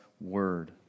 word